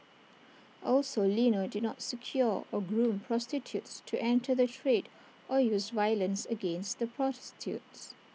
also Lino did not secure or groom prostitutes to enter the trade or use violence against the prostitutes